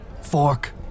fork